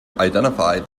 identify